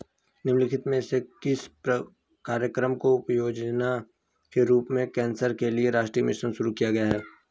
निम्नलिखित में से किस कार्यक्रम को उपयोजना के रूप में कैंसर के लिए राष्ट्रीय मिशन शुरू किया गया है?